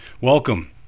welcome